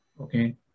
Okay